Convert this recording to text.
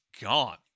gone